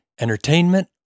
entertainment